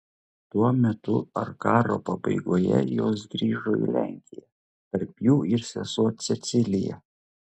tuo metu ar karo pabaigoje jos grįžo į lenkiją tarp jų ir sesuo cecilija